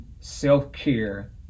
self-care